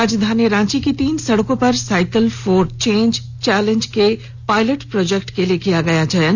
राजधानी रांची की तीन सड़कों का साइकिल फोर चेंज चैलेंज के पायलट प्रोजेक्ट के लिए किया ने गया चयन